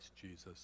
Jesus